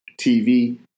TV